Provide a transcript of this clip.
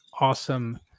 Awesome